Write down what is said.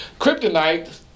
kryptonite